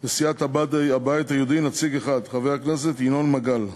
לסיעת הבית היהודי, נציג אחד, חבר הכנסת ינון מגל,